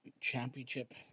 Championship